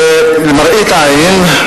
למראית עין,